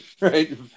right